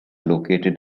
located